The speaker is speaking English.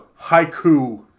Haiku